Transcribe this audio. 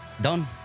Done